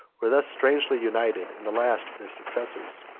were thus strangely united in the last of their successors.